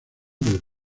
del